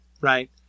right